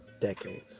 decades